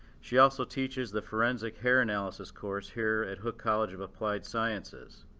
she also teaches the forensic hair analysis course here at hooke college of applied sciences,